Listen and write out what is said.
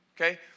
okay